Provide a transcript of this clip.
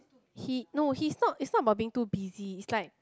he no he's not it's not about being too busy it's like